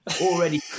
already